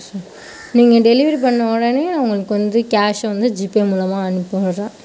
நீங்கள் டெலிவரி பண்ண உடனே நான் உங்களுக்கு வந்து கேஷ் வந்து ஜிபே மூலமாக அனுப்பிவிட்றன்